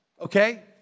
Okay